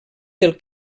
del